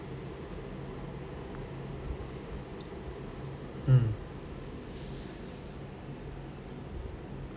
mm